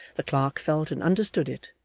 the clerk felt and understood it,